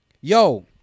yo